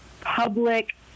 public